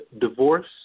Divorce